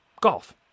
golf